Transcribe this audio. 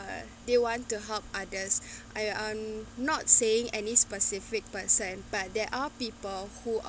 uh they want to help others I um not saying any specific person but there are people who are